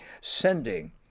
sending